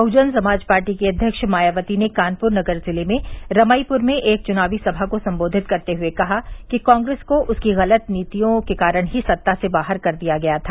Bahujan Samaj party की अध्यक्ष मायावती ने कानपुर नगर जिले में रमईपुर में एक चुनावी सभा को संबोधित करते हुए कहा कि कांग्रेस को उसकी गलत नीतियों के कारण ही सत्ता से बाहर कर दिया गया था